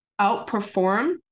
outperform